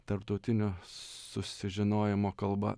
tarptautinio susižinojimo kalba